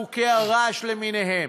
חוקי הרעש למיניהם,